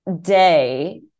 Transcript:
day